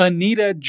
Anita